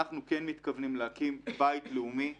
אנחנו כן מתכוונים להקים בית לאומי ל-PTSD,